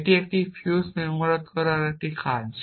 এবং এটি একটি ফিউজ মেরামত করা একটি কাজ